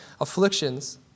afflictions